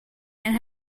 and